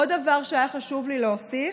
עוד דבר שהיה חשוב לי להוסיף,